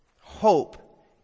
Hope